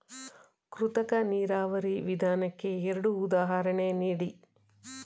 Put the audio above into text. ಕೃತಕ ನೀರಾವರಿ ವಿಧಾನಕ್ಕೆ ಎರಡು ಉದಾಹರಣೆ ನೀಡಿ?